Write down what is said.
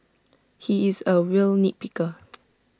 he is A real nit picker